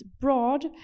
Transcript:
Broad